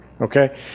Okay